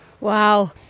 Wow